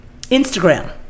Instagram